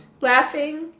Laughing